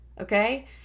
okay